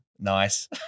Nice